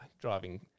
driving